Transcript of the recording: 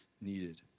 needed